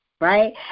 right